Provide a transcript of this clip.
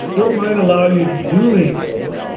it might allow you to do evil,